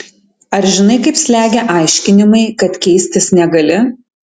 ar žinai kaip slegia aiškinimai kad keistis negali